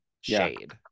shade